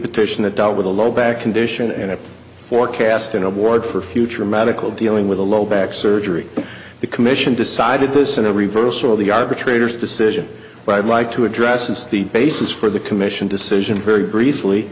petition that dealt with a low back condition and a forecast an award for future medical dealing with a low back surgery the commission decided this in a reversal of the arbitrator's decision but i'd like to address is the basis for the commission decision very briefly